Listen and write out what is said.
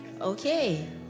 Okay